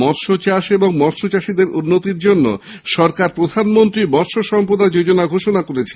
মৎসচাষ ও মৎসচাষীদের উন্নতির জন্য সরকার প্রধানমন্ত্রী মৎস সম্পদ যোজনা ঘোষণা করেছে